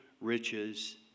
riches